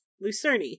lucerne